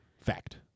Fact